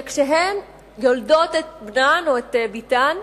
שכשהן יולדות את בנן או את בתן,